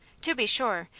to be sure,